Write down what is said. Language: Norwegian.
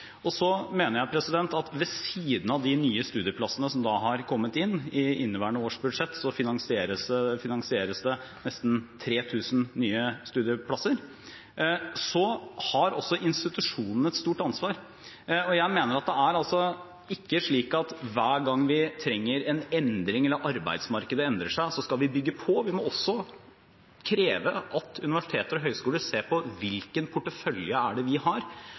Ved siden av de nye studieplassene som har kommet inn i inneværende års budsjett, finansieres det nesten 3 000 nye studieplasser. Så har også institusjonene et stort ansvar. Jeg mener at det ikke skal være slik at hver gang vi trenger en endring, eller hver gang arbeidsmarkedet endrer seg, skal vi bygge på. Vi må også kreve at universiteter og høyskoler ser på hvilken portefølje de har, og hvordan de kan tilpasse seg det arbeidslivet som er der ute. Det